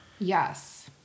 Yes